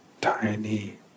tiny